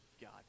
God